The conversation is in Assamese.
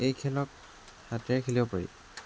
এই খেলক হাতেৰে খেলিব পাৰি